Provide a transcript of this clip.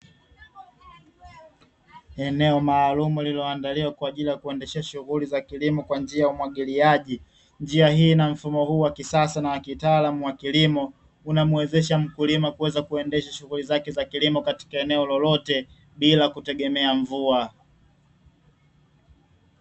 Eneo maalumu lililoandaliwa kwa ajili ya kuendesha shughuli za kilimo kwa njia ya umwagiliaji. Njia hii na mfumo huu wa kisasa, wakitaalamu wa kilimo, unamuwezesha mkulima kuweza kuendesha shughuli zake za kilimo kutoka eneo lolote bila kutegemea mvua.